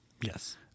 Yes